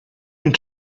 and